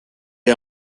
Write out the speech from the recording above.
est